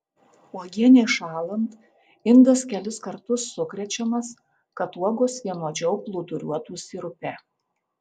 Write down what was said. uogienei šąlant indas kelis kartus sukrečiamas kad uogos vienodžiau plūduriuotų sirupe